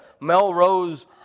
Melrose